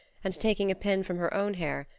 and taking a pin from her own hair,